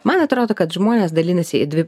man atrodo kad žmonės dalinasi į dvi